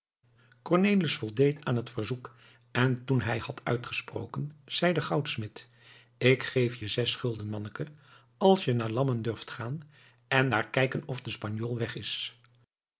cornelis voldeed aan het verzoek en toen hij had uitgesproken zei de goudsmid ik geef je zes gulden manneke als je naar lammen durft gaan en daar kijken of de spanjool weg is